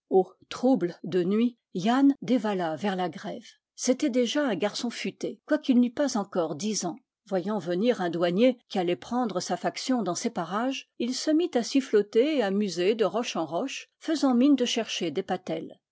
trouble de nuit yann dévala vers la grève c'était déjà un garçon futé quoiqu'il n'eût pas encore dix ans voyant venir un douanier qui allait prendre sa faction dans ces parages il se mit à siffloter et à muser de roche eu roche faisant mine de chercher des patelles